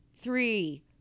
three